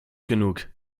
genug